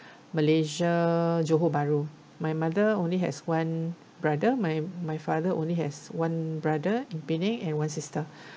malaysia johor bahru my mother only has one brother my my father only has one brother in penang and one sister